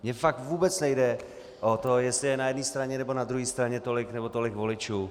Mně fakt vůbec nejde o to, jestli je na jedné straně nebo na druhé straně tolik nebo tolik voličů.